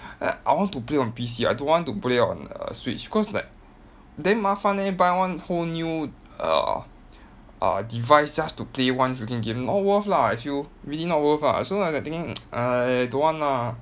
then I want to play on P_C I don't want to play on err switch cause like damn 麻烦 eh buy one whole new err uh device just to play one freaking game not worth lah I feel really not worth ah so I was like thinking I don't want lah